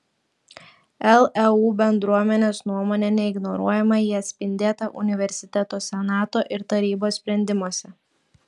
leu bendruomenės nuomonė neignoruojama ji atspindėta universiteto senato ir tarybos sprendimuose